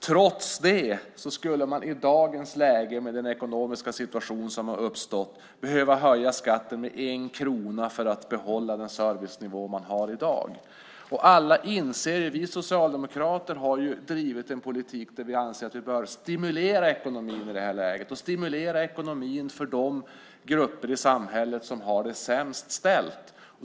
Trots det skulle man i dagens läge, med den ekonomiska situation som har uppstått, behöva höja skatten med 1 krona för att behålla den servicenivå som man har i dag. Vi socialdemokrater har ju drivit en politik. Vi anser att vi bör stimulera ekonomin i det här läget, stimulera ekonomin för de grupper i samhället som har det sämst ställt.